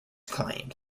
claimed